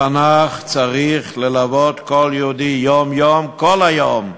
התנ"ך צריך ללוות כל יהודי יום-יום, כל היום,